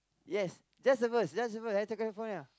yes just a verse just a verse Hotel California